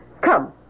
Come